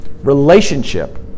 relationship